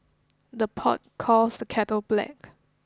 the pot calls the kettle black